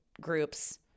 groups